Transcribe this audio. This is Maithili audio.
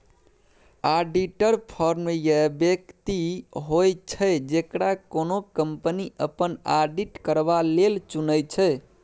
आडिटर फर्म या बेकती होइ छै जकरा कोनो कंपनी अपन आडिट करबा लेल चुनै छै